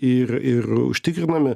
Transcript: ir ir užtikrinami